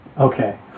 Okay